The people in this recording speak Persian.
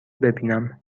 ببینم